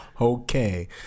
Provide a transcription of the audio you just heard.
Okay